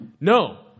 No